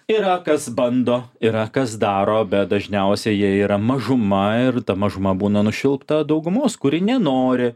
yra kas bando yra kas daro bet dažniausiai jie yra mažuma ir ta mažuma būna nušvilpta daugumos kuri nenori